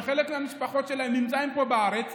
וחלק מהמשפחות שלהם נמצאות פה בארץ?